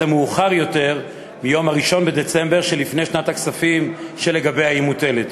מאוחר יותר מיום 1 בדצמבר שלפני שנת הכספים שלגביה היא מוטלת.